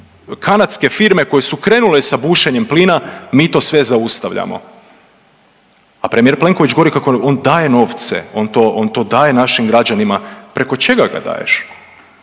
kanadske firme koje su krenule sa bušenjem plina mi to sve zaustavljamo. A premijer Plenković govori kako on daje novce, on to daje našim građanima. Preko čega ga daješ?